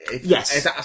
yes